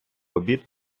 обід